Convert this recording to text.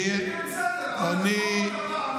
אני, כן, בסדר, אבל נחזור עוד פעם.